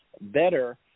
better –